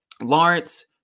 Lawrence